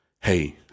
Hey